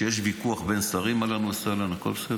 כשיש ויכוח בין שרים, אהלן וסהלן, הכול בסדר.